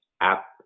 app